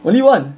only one